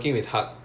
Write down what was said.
err oh